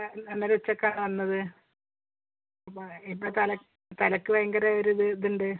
ആ അന്ന് അന്നേരം ഉച്ചക്കാണ് വന്നത് അപ്പോൾ ഇപ്പം തല തലയ്ക്ക് ഭയങ്കര ഒര് ഇത് ഉണ്ട്